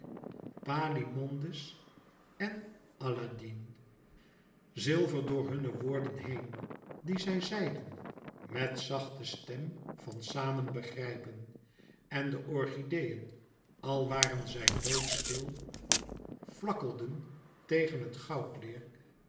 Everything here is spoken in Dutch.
tintagiles palomides en alladine zilver door hunne woorden heen die zij zeiden met zachte stem van samen begrijpen en de orchideeën al waren zij doodstil vlakkelden tegen het goudleêr